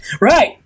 Right